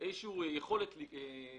תהיה ליצרן הפסולת יכולת התמקחות,